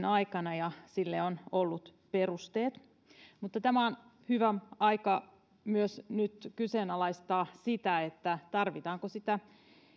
aikana ja sille on ollut perusteet mutta tämä on hyvä aika nyt myös kyseenalaistaa sitä tarvitaanko sitä